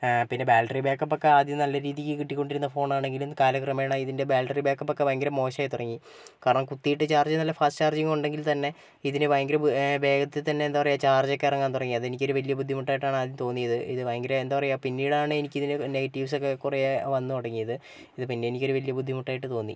ഏ പിന്നെ battery backup ഒക്കെ ആദ്യം നല്ല രീതിക്ക് കിട്ടിക്കൊണ്ടിരുന്ന ഫോൺ ആണെങ്കിലും കാലക്രമേണ ഇതിൻ്റെ ബാറ്ററി ബാക്കപ്പ് ഒക്കെ ഭയങ്കര മോശമായി തുടങ്ങി കാരണം കുത്തിയിട്ട് ചാർജ് ചെയ്യാൻ ഫാസ്റ്റ് ചാർജിങ് ഉണ്ടെങ്കിൽത്തന്നെ ഇതിന് ഭയങ്കര ബു വേഗത്തിൽ തന്നെ എന്താ പറയാ ചാർജോക്കെ ഇറങ്ങാൻ തുടങ്ങി അതെനിക്ക് വലിയ ഒരു ബുദ്ധിമുട്ടായിട്ടാണ് ആദ്യം തോന്നിയത് ഇത് ഭയങ്കര എന്താ പറയാ പിന്നീടാണ് എനിക്കിതിന് നെഗറ്റീവ്സ് ഒക്കെ കുറെ വന്ന് തുടങ്ങിയത് ഇത് പിന്നെ എനിക്കൊരു വലിയ ബുദ്ധിമുട്ടായിട്ട് തോന്നി